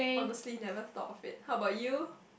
honestly never talk of it how about you